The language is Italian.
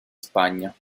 spagna